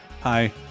Hi